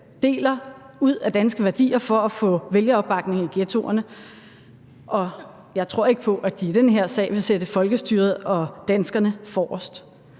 deler ud af danske værdier for at få vælgeropbakning i ghettoerne. Og jeg tror ikke på, at de i den her sag vil sætte folkestyret og danskerne forrest.